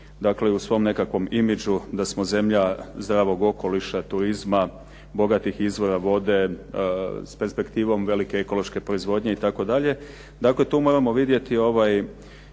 dakle u svom nekakvom imidžu da smo zemlja zdravog okoliša, turizma, bogatih izvora vode s perspektivom velike ekološke proizvodnje itd. Dakle, tu moramo vidjeti i